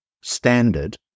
standard